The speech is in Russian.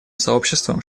сообществом